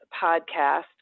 podcast